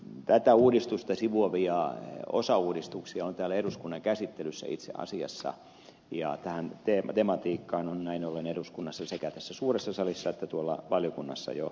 tätä uudistusta sivuavia osauudistuksia on täällä eduskunnan käsittelyssä itse asiassa ja tähän tematiikkaan on näin ollen eduskunnassa sekä tässä suuressa salissa että tuolla valiokunnassa jo